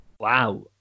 Wow